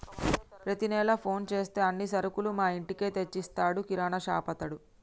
ప్రతి నెల ఫోన్ చేస్తే అన్ని సరుకులు మా ఇంటికే తెచ్చిస్తాడు కిరాణాషాపతడు